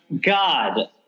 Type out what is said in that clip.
God